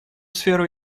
сферу